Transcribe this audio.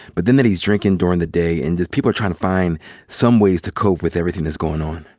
but then that he's drinking during the day and people are trying to find some ways to cope with everything that's going on.